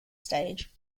stage